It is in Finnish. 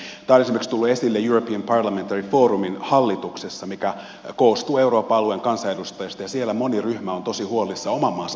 tämä on tullut esille esimerkiksi european parliamentary forumin hallituksessa mikä koostuu euroopan alueen kansanedustajista ja siellä moni ryhmä on tosi huolissaan oman maansa tilanteesta